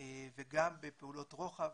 וגם בפעולות רוחב,